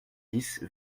dix